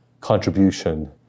contribution